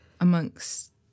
amongst